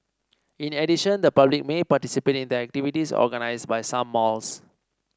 in addition the public may participate in the activities organised by some malls